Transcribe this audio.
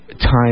time